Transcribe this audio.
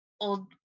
old